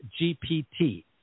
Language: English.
GPT